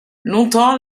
longtemps